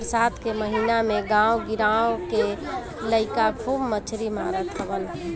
बरसात के महिना में गांव गिरांव के लईका खूब मछरी मारत हवन